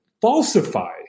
falsify